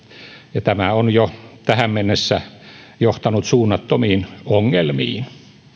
ja tämä on jo tähän mennessä johtanut suunnattomiin ongelmiin